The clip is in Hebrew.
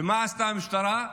מה עשתה המשטרה?